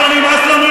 אתה עלוב.